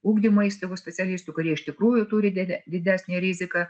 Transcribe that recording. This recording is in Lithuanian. ugdymo įstaigų specialistų kurie iš tikrųjų turi dide didesnę riziką